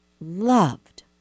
loved